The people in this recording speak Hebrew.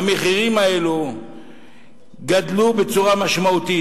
המחירים האלה גדלו בצורה משמעותית.